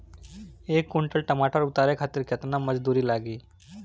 एक कुंटल टमाटर उतारे खातिर केतना मजदूरी लागी?